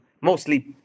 mostly